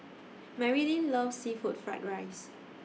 Marylin loves Seafood Fried Rice